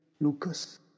Lucas